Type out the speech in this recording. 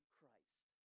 Christ